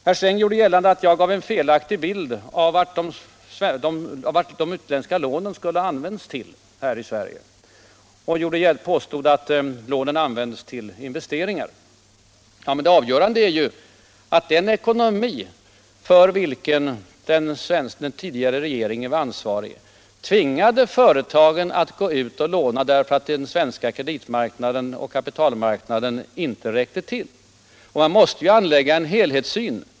Herr Sträng gjorde gällande att jag gav en felaktig bild av vad de utländska lånen skulle ha använts till här i Sverige och påstår att lånen använts till investeringar. Ja, av de företag som lånat. Men det avgörande är att den ekonomi för vilken den tidigare regeringen var ansvarig tvingade företagen att gå ut och låna därför att den svenska kreditmarknaden inte räckte till! Man måste anlägga en helhetssyn.